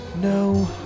No